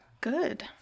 Good